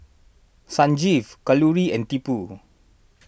Sanjeev Kalluri and Tipu